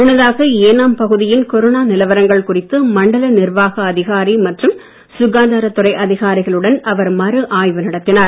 முன்னதாக ஏனாம் பகுதியின் கொரோனா நிலவரங்கள் குறித்து மண்டல நிர்வாக அதிகாரி மற்றும் சுகாதாரத்துறை அதிகாரிகளுடன் அவர் மறு ஆய்வு நடத்தினார்